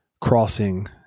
crossing